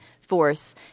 force